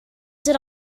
that